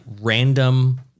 random